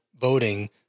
voting